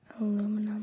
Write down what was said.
aluminum